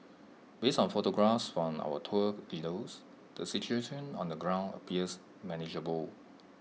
based on photographs from our tour leaders the situation on the ground appears manageable